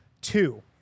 two